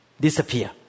disappear